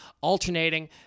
alternating